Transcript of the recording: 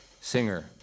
singer